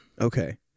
okay